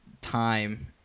time